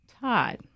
Todd